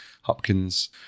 Hopkins